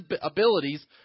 abilities